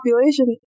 population